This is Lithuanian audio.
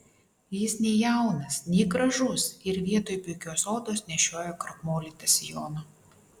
jis nei jaunas nei gražus ir vietoj puikios odos nešioja krakmolytą sijoną